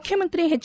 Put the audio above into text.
ಮುಖ್ಯಮಂತ್ರಿ ಹೆಚ್